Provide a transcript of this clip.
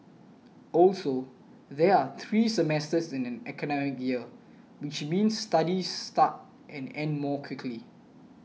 also there are three semesters in an academic year which means studies start and end more quickly